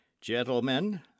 Gentlemen